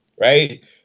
right